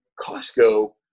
Costco